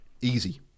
Easy